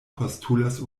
postulas